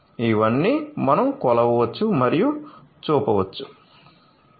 ఇవన్నీ మనం కొలవవచ్చు మరియు చూపవచ్చు